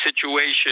situation